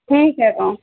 ٹھیک ہے تو